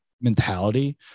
mentality